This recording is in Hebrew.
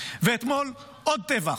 ואתמול עוד טבח,